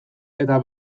eta